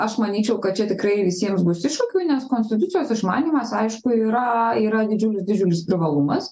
aš manyčiau kad čia tikrai visiems bus iššūkių nes konstitucijos išmanymas aišku yra yra didžiulis didžiulis privalumas